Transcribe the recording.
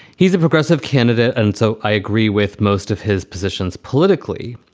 he's a progressive candidate. and so i agree with most of his positions politically.